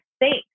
Thanks